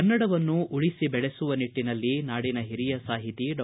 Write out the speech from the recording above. ಕನ್ನಡವನ್ನು ಉಳಿಸಿ ದೆಳೆಸುವ ನಿಟ್ಟನಲ್ಲಿ ನಾಡಿನ ಹಿರಿಯ ಸಾಹಿತಿ ಡಾ